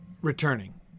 returning